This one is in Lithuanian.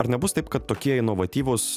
ar nebus taip kad tokie inovatyvūs